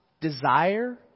desire